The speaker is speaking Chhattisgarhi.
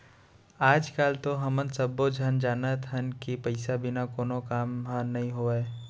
आज काल तो हमन सब्बो झन जानत हन कि पइसा बिना कोनो काम ह नइ होवय